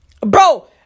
Bro